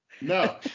no